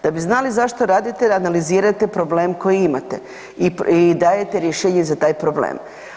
Da bi znali zašto radite analizirajte problem koji imate i dajete rješenje za taj problem.